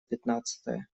пятнадцатая